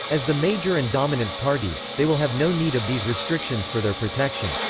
as the major and dominant parties, they will have no need of these restrictions for their protection.